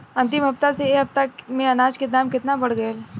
अंतिम हफ्ता से ए हफ्ता मे अनाज के दाम केतना बढ़ गएल?